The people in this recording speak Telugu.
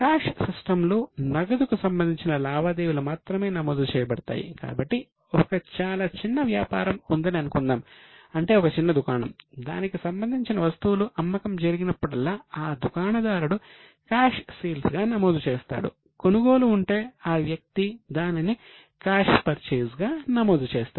క్యాష్ సిస్టం గా నమోదు చేస్తాడు